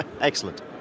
Excellent